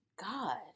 God